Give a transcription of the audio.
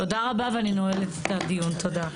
תודה רבה ואני נועלת את הדיון, תודה.